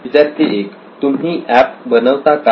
विद्यार्थी 1 तुम्ही एप बनवता का